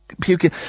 puking